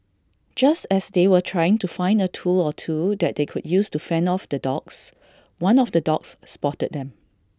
just as they were trying to find A tool or two that they could use to fend off the dogs one of the dogs spotted them